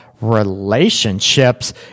relationships